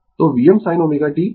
तो Vm sin ω t